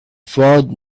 found